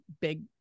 big